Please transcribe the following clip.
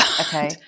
Okay